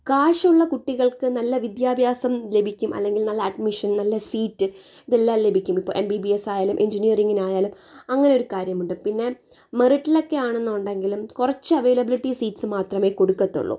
കാശ് ഉള്ള കുട്ടികള്ക്ക് നല്ല വിദ്യാഭ്യാസം ലഭിക്കും അല്ലെങ്കില് നല്ല അഡ്മിഷൻ നല്ല സീറ്റ് ഇതെല്ലാം ലഭിക്കും ഇപ്പോൾ എം ബി ബി എസ്സായാലും എഞ്ചിനിയറിംഗിനു ആയാലും അങ്ങനെ ഒരു കാര്യമുണ്ട് പിന്നെ മെറിറ്റിലൊക്കെ ആണെന്നുണ്ടെങ്കിലും കുറച്ച് അവൈലബിലിറ്റി സീറ്റ്സ് മാത്രമേ കൊടുക്കത്തുള്ളൂ